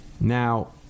Now